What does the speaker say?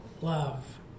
love